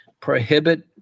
prohibit